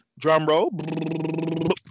drumroll